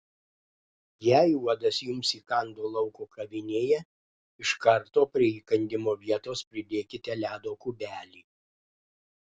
jei uodas jums įkando lauko kavinėje iš karto prie įkandimo vietos pridėkite ledo kubelį